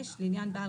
לעניין מבטח